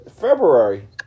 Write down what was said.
February